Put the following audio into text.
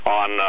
on